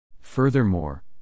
Furthermore